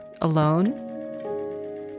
alone